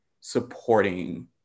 supporting